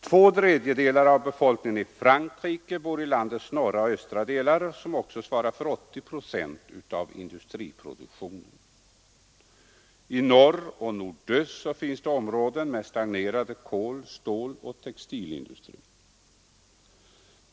Två tredjedelar av befolkningen i Frankrike bor i landets norra och östra delar, som också svarar för 80 procent av industriproduktionen. I norr och nordöst finns områden med stagnerande kol-, ståloch textilindustri.